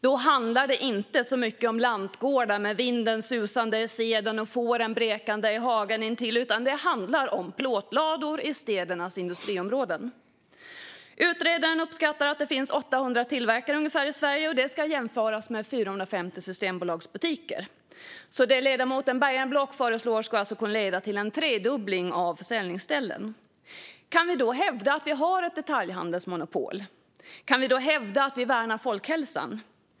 Då handlar det inte så mycket om lantgårdar med vinden susande i säden och fåren bräkande i hagen intill, utan det handlar om plåtlador i städernas industriområden. Utredaren uppskattar att det finns ungefär 800 tillverkare i Sverige. Det ska jämföras med 450 systembolagsbutiker. Det ledamoten Bergenblock föreslår skulle alltså kunna leda till en tredubbling av försäljningsställen. Kan vi då hävda att vi har ett detaljhandelsmonopol? Kan vi då hävda att vi värnar folkhälsan?